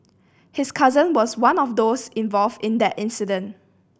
his cousin was one of those involved in that incident